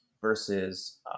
versus